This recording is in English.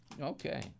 Okay